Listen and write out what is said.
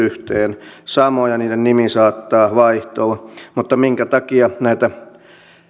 yhteen samoja niiden nimi saattaa vaihtua mutta minkä takia näitä